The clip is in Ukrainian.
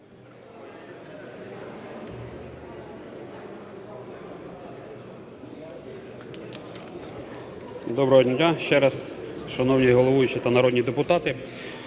Доброго дня ще раз, шановний головуючий та народні депутати.